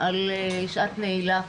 על "שעת נעילה".